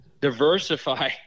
diversify